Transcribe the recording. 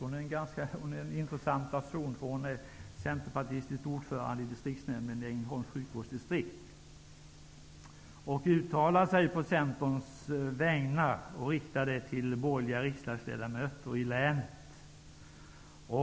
Hon är en ganska intressant person, centerpartistisk ordförande i distriktsnämnden i Ängelholms sjukvårdsdistrikt. Hon uttalar sig på Centerns vägnar och riktar sig då till borgerliga riksdagsledamöter i länet.